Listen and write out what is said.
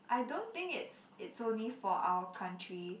I don't think it's it's only for our country